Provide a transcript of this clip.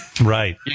Right